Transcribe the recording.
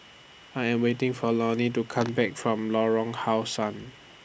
I Am waiting For Lorne to Come Back from Lorong How Sun